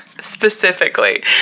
specifically